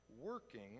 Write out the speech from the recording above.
working